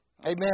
Amen